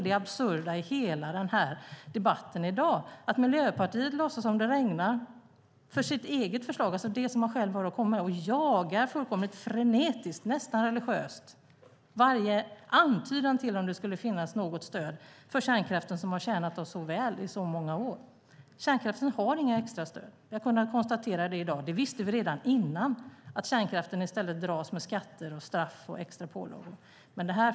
Det absurda i hela debatten i dag är att Miljöpartiet låtsas som det regnar för sitt eget förslag och det de själva har att komma med. De jagar fullkomligt frenetiskt, nästan religiöst, varje antydan till att det skulle finnas något stöd för kärnkraften, som tjänat oss så väl i så många år. Kärnkraften har inga extra stöd. Vi har kunnat konstatera det i dag. Vi visste redan innan att kärnkraften i stället dras med skatter, straff och extra pålagor.